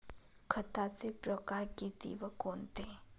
खताचे प्रकार किती व कोणते?